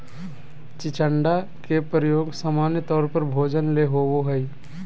चिचिण्डा के प्रयोग सामान्य तौर पर भोजन ले होबो हइ